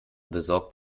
besorgt